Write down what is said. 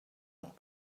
not